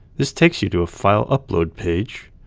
this takes you to a file upload page,